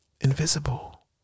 Invisible